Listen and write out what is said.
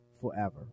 forever